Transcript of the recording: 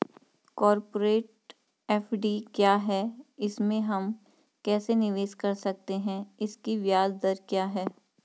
Corporate FD क्या है इसमें हम कैसे निवेश कर सकते हैं इसकी ब्याज दर क्या है?